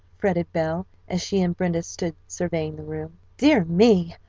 fretted belle as she and brenda stood surveying the room. dear me!